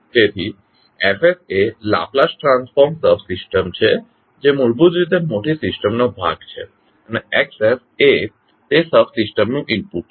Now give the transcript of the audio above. તેથી F એ Laplace transform subsystem છે જે મૂળભૂત રીતે મોટી સિસ્ટમનો ભાગ છે અને X એ તે સબસિસ્ટમનું ઇનપુટ છે